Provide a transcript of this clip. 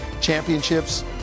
championships